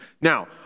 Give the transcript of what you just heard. Now